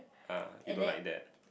ah you don't like that